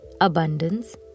abundance